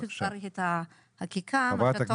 לא רק את החקיקה, הרי,